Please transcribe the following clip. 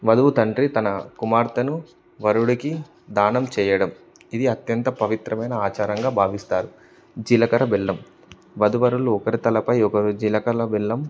వధువు తండ్రి తన కుమార్తెను వరుడికి దానం చేయడం ఇది అత్యంత పవిత్రమైన ఆచారంగా భావిస్తారు జీలకర్ర బెల్లం వధువరులు ఒకరి తలపై ఒకరు జీలకర్ర బెల్లం